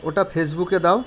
ওটা ফেসবুকে দাও